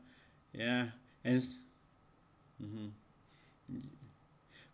ya as